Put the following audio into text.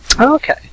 Okay